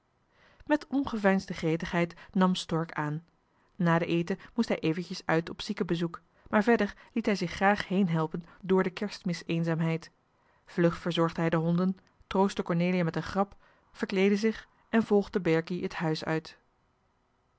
met ongeveinsde gretigheid nam stork aan na den eten moest hij eventjes uit op ziekenbezoek maar verder liet hij zich graag heenhelpen door de kerstmis eenzaamheid vlug bezorgde hij de honden troostte cornelia met een grap verkleedde zich en volgde berkie het huis uit